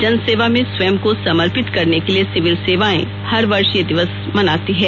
जनसेवा में स्वयं को समर्पित करने के लिए सिविल सेवाएं हर वर्ष यह दिवस मनाती है